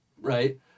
Right